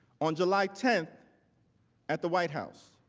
on july tenth at the white house.